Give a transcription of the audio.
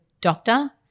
doctor